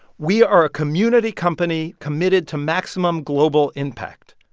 we are a community company committed to maximum global impact.